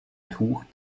tuch